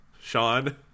Sean